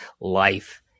life